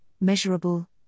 measurable